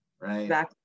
right